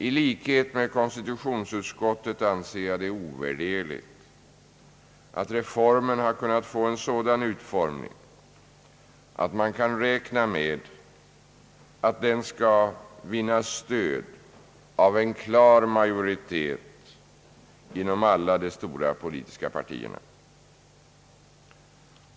I likhet med konstitutionsutskottet anser jag det ovärderligt att reformen har kunnat få en sådan utformning att man kan räkna med att den skall vinna stöd av en klar majoritet inom alla de stora politiska partierna.